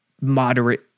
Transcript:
moderate